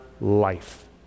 life